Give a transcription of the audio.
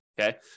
okay